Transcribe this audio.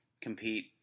compete